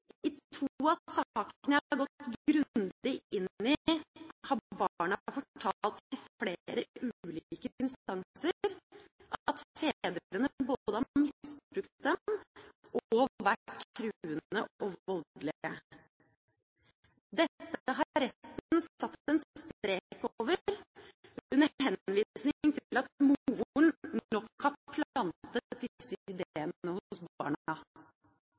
I to av sakene jeg har gått grundig inn i, har barna fortalt til flere ulike instanser at fedrene både har misbrukt dem og vært truende og voldelige. Dette har retten satt en strek over, under henvisning til at moren nok har plantet disse ideene hos